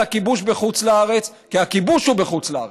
הכיבוש בחוץ-לארץ כי הכיבוש הוא בחוץ-לארץ.